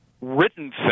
written